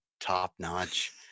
top-notch